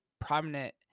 prominent